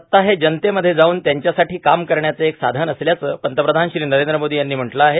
सत्ता हे जनतेमध्ये जाऊन त्यांच्यासाठी काम करण्याचं एक साधन असल्याचं पंतप्रधान श्री नरेंद्र मोदी यांनी म्हटलं आहे